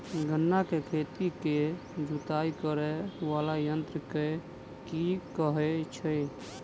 गन्ना केँ खेत केँ जुताई करै वला यंत्र केँ की कहय छै?